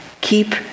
Keep